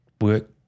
work